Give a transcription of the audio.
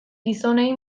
gizonei